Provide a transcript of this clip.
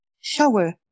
shower